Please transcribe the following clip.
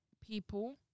people